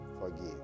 forgive